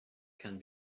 can